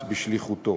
את בשליחותו.